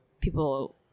people